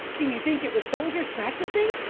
do you think it was soldiers practising?